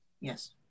Yes